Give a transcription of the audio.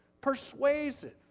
persuasive